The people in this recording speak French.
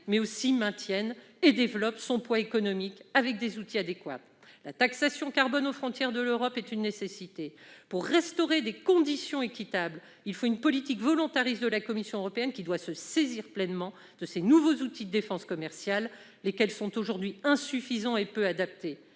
mais aussi maintienne et développe son poids économique avec des outils adéquats. Instaurer la taxation carbone aux frontières de l'Union européenne est une nécessité. Pour restaurer des conditions de concurrence équitables, il faut une politique volontariste de la Commission européenne, qui doit se saisir pleinement de nouveaux outils de défense commerciale, ceux existant aujourd'hui étant insuffisants et peu adaptés.